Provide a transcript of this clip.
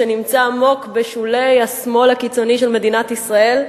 שנמצא עמוק בשולי השמאל הקיצוני של מדינת ישראל,